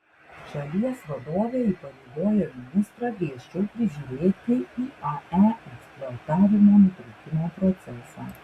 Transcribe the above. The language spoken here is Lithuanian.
šalies vadovė įpareigojo ministrą griežčiau prižiūrėti iae eksploatavimo nutraukimo procesą